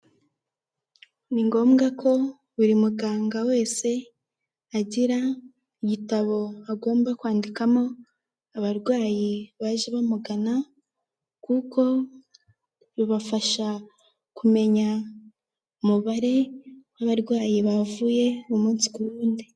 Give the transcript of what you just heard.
Ni ngombwa ko buri muganga wese agira igitabo agomba kwandikamo abarwayi baje bamugana, kuko bibafasha kumenya umubare w'abarwayi bavuye umunsi ku wundi.